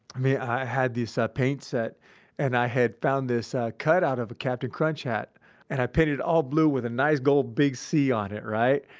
i had this ah paint set and i had found this cut out of a captain crunch hat and i painted it all blue with a nice gold, big c on it, right?